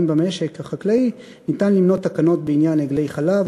במשק החקלאי ניתן למנות תקנות בעניין עגלי חלב,